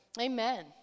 Amen